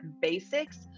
basics